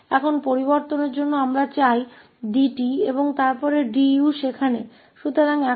अब बदलाव के लिए इसका मतलब है कि हम dt चाहते हैं और फिर वहां du